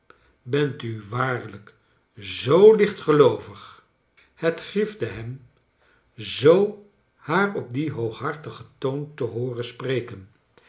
bent u waarlijk zoo lichtgeloovig het grief de hem zoo haar op dien hooghartigen toon te hooren spreken